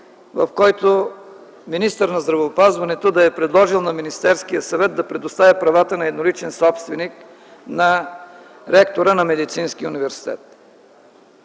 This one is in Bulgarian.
в който министър на здравеопазването да е предложил на Министерския съвет да предостави правата на едноличен собственик на ректора на Медицинския университет.